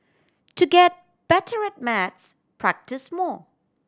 to get better at maths practise more